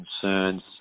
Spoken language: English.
concerns